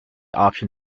option